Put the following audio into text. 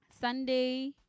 Sunday